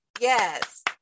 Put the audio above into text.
Yes